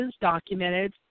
documented